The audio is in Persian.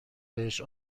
بهش